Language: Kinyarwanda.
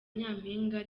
nyampinga